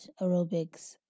aerobics